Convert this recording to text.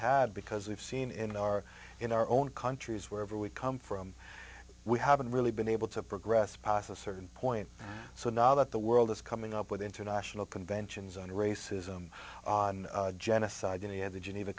had because we've seen in our in our own countries wherever we come from we haven't really been able to progress process certain point so now that the world is coming up with international conventions on racism on genocide and he had the geneva